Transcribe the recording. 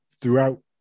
throughout